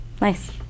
Nice